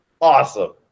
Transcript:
Awesome